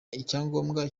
icyangombwa